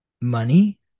money